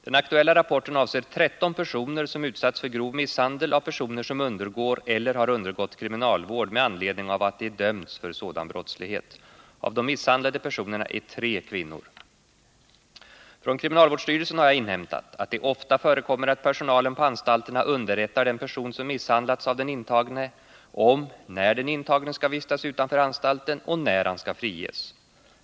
Den aktuella rapporten avser 13 personer som utsatts för grov misshandel av personer som undergår eller har undergått kriminalvård med anledning av att de dömts för sådan brottslighet. Av de misshandlade personerna är tre kvinnor. Från kriminalvårdsstyrelsen har jag inhämtat att det ofta förekommer att personalen på anstalterna underrättar den person som misshandlats av den intagne om när den intagne skall vistas utanför anstalten och när han skall friges.